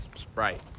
Sprite